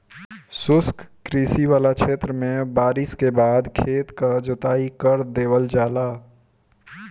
शुष्क कृषि वाला क्षेत्र में बारिस के बाद खेत क जोताई कर देवल जाला